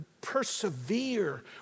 persevere